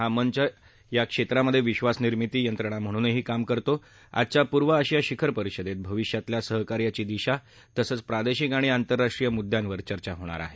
हा मंच या क्षेत्रामधे विधास निर्मिती यंत्रणा म्हणूनही काम करतो आजच्या पूर्व आशिया शिखर परिषदेत भविष्यातील सहकार्याची दिशा तसंच प्रादेशिक आणि आंतरराष्ट्रीय मुद्यांवर चर्चा होणार आहे